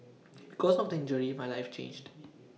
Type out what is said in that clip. because of the injury my life changed